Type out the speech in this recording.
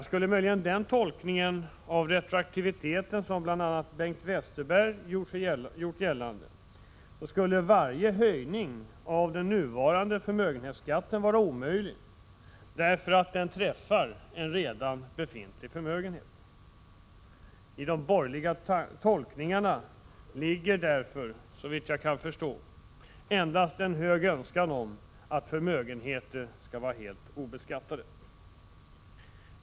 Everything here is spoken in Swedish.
Skulle den tolkning av retroaktiviteten som bl.a. Bengt Westerberg har gjort verkligen gälla skulle varje höjning av den nuvarande förmögenhetsskatten vara omöjlig, därför att den träffar en redan befintlig förmögenhet. I de borgerliga tolkningarna ligger därför, såvitt jag kan förstå, endast en önskan om att förmögenheter skall vara obeskattade.